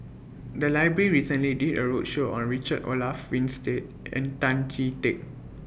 The Library recently did A roadshow on Richard Olaf Winstedt and Tan Chee Teck